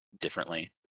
differently